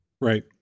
Right